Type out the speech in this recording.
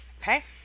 okay